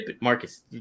Marcus